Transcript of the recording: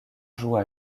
joue